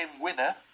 winner